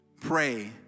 pray